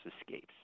escapes